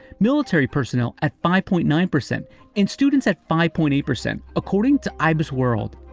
military personnel at five point nine percent and students at five point eight percent, according to ibis world.